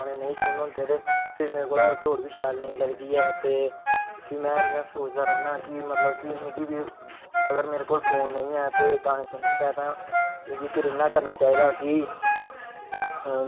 ओह्दे बाद फिर बल्लें बल्लें लाईनां सखाया पैह्लैं उनें कियां सोटी शोटी लाईन कन्नै शोटी शोटी जेह्ड़ी खाईं खिच्चियै चित्तरकारी करनी फिर